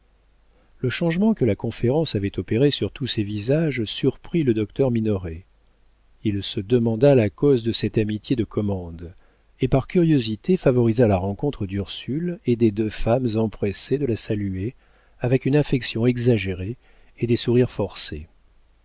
le changement que la conférence avait opéré sur tous ces visages surprit le docteur minoret il se demanda la cause de cette amitié de commande et par curiosité favorisa la rencontre d'ursule et des deux femmes empressées de la saluer avec une affection exagérée et des sourires forcés